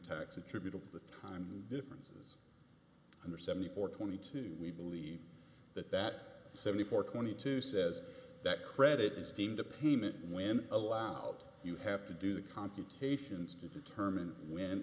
tax attributable the time differences under seventy four twenty two we believe that that seventy four twenty two says that credit is deemed a payment when allowed you have to do computations to determine when